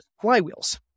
flywheels